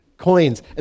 coins